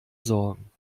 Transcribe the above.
sorgen